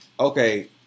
okay